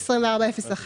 24.01,